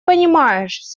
понимаешь